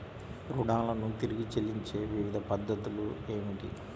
రుణాలను తిరిగి చెల్లించే వివిధ పద్ధతులు ఏమిటి?